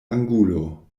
angulo